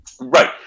right